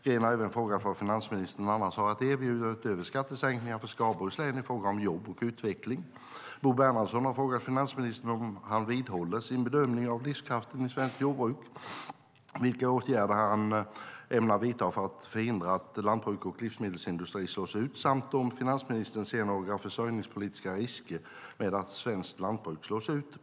Green har även frågat vad finansministern annars har att erbjuda, utöver skattesänkningar, för Skaraborgs län i fråga om jobb och utveckling. Bo Bernhardsson har frågat finansministern om han vidhåller sin bedömning av livskraften i svenskt jordbruk, vilka åtgärder han ämnar vidta för att förhindra att lantbruk och livsmedelsindustri slås ut samt om finansministern ser några försörjningspolitiska risker med att svenskt lantbruk slås ut.